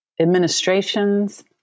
administrations